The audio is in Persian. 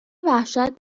وحشت